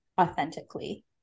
authentically